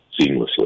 seamlessly